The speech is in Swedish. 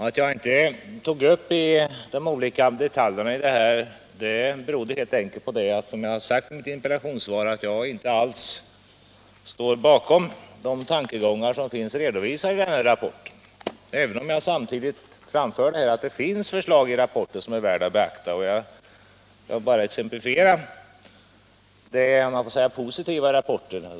Att jag inte tog upp de olika detaljerna beror helt enkelt på, som jag sagt i mitt interpellationssvar, att jag inte alls står bakom de tankegångar som finns redovisade i rapporten, även om jag samtidigt framhöll att det finns förslag i rapporten som är värda att beakta. Jag kan ge några exempel på det positiva i rapporten.